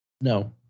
No